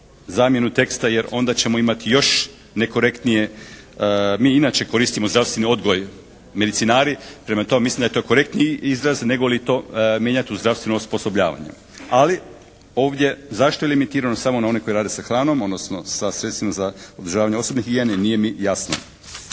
zamjenu teksta jer onda ćemo imati još nekorektnije. Mi inače koristimo zdravstveni odgoj medicinari. Prema tome, mislim da je to korektniji izraz nego li to mijenjati u zdravstveno osposobljavanje. Ali ovdje zašto je limitirano samo na one koji rade sa hranom odnosno sa sredstvima za održavanje osobne higijene? Nije mi jasno.